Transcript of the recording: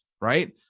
right